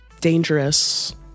dangerous